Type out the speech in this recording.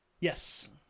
Yes